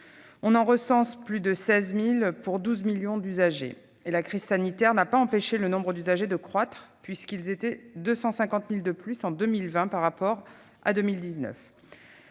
On en recense plus de 16 000, ayant 12 millions d'usagers- la crise sanitaire n'a d'ailleurs pas empêché le nombre de ces derniers de croître, puisqu'ils étaient 250 000 de plus en 2020 par rapport à 2019.